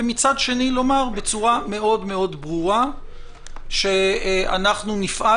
ומצד שני לומר בצורה מאוד מאוד ברורה שאנחנו נפעל